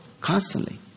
constantly